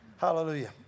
Hallelujah